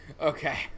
Okay